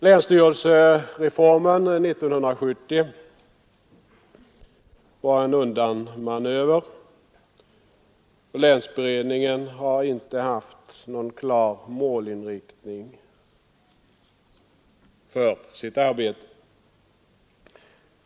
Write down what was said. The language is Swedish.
Länsstyrelsereformen 1970 var en undanmanöver, och länsberedningen har inte haft någon klar målinriktning för sitt arbete.